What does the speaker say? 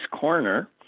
Corner